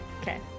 okay